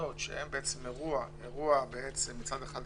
התקנות שהן אירוע שמצד אחד,